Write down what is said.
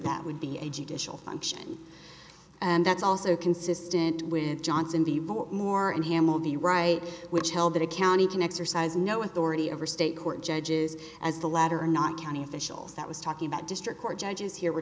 that would be a judicial function and that's also consistent with johnson the more and hammel the right which held that a county can exercise no authority over state court judges as the latter not county officials that was talking about district court judges here we're